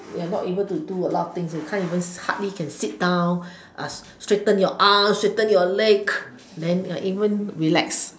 you are not able to do a lot of thing we can't even hardly can sit down straighten your arm straighten your leg then even relax